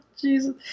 Jesus